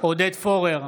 עודד פורר,